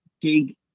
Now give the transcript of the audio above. gig